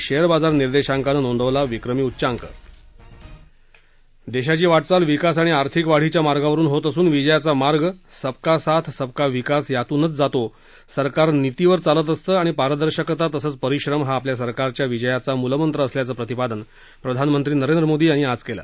share बाजार निर्देशाकांनी नोंदवला विक्रमी उच्चांक देशाची वा क्वाल विकास आणि आर्थिक वाढीच्या मार्गावरुन होत असून विजयाचा मार्ग ंसबका साथ सबका विकास यातूनच जातो सरकार नीतीवर चालत असतं आणि पारदर्शकता आणि परिश्रम हा आपल्या सरकारच्या विजयाचा मूलमंत्र असल्याचं प्रतिपादन प्रधानमंत्री नरेंद्र मोदी यांनी आज केलं